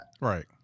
right